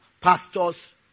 pastors